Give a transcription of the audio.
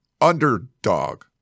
underdog